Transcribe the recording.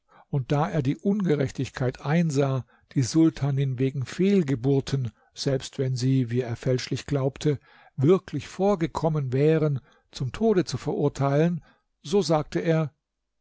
und da er die ungerechtigkeit einsah die sultanin wegen fehlgeburten selbst wenn sie wie er fälschlich glaubte wirklich vorgekommen wären zum tode zu verurteilen so sagte er